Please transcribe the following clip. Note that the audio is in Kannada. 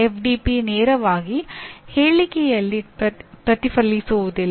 ಡಿಪಿ ನೇರವಾಗಿ ಹೇಳಿಕೆಯಲ್ಲಿ ಪ್ರತಿಫಲಿಸುವುದಿಲ್ಲ